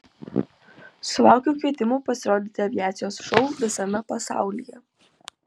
sulaukiu kvietimų pasirodyti aviacijos šou visame pasaulyje